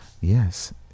Yes